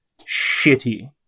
shitty